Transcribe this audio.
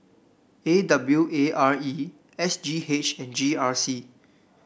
A W A R E S G H and G R C